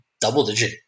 double-digit